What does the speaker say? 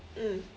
mm